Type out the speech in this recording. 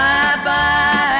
Bye-bye